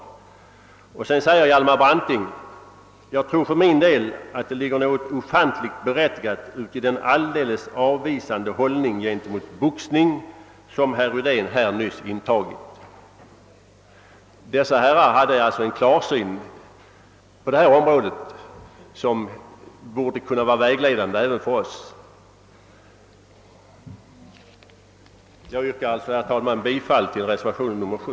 Och vid samma tillfälle sade Hjalmar Branting: »Jag tror för min del, att det ligger något ofantligt berättigat uti den alldeles avvisande hållning gentemot boxning, som herr Rydén här nyss intagit.» Dessa båda män visade alltså på detta område en klarsyn, som bör kunna vara vägledande även för oss. Herr talman! Jag yrkar bifall till reservationen 7.